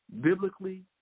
Biblically